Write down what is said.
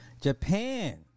Japan